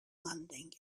landing